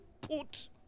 put